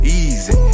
easy